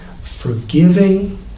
forgiving